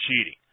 cheating